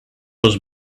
was